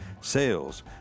sales